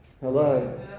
Hello